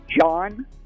John